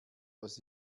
aus